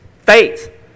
Faith